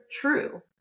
true